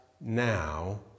now